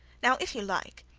now, if you like,